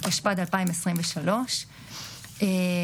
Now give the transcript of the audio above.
ובעצם מישירה מבט לראש הממשלה בנימין נתניהו: אתה המנהיג.